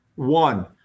One